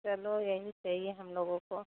चलो यही सही है हम लोगों को